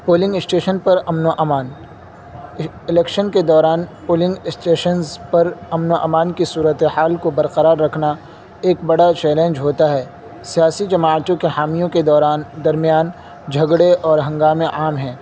polling station پر امن و امان الیکشن کے دوران پولنگ اسٹیشنز پر امن و امان کی صورتحال کو برقرار رکھنا ایک بڑا چیلنج ہوتا ہے سیاسی جماعتوں کے حامیوں کے دوران درمیان جھگڑے اور ہنگامے عام ہیں